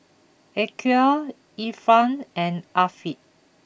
Aqil Irfan and Afiq